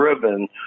driven